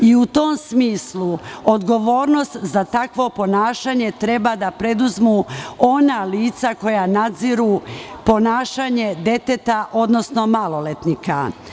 U tom smislu, odgovornost za takvo ponašanje treba da preduzmu ona lica koja nadziru ponašanje deteta, odnosno maloletnika.